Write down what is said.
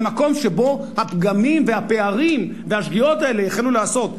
למקום שבו הפגמים והפערים והשגיאות האלה החלו להיעשות.